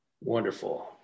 Wonderful